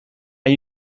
are